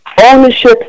ownership